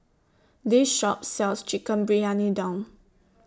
This Shop sells Chicken Briyani Dum